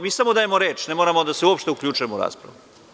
Mi samo dajemo reč, ne moramo uopšte da se uključujemo u raspravu.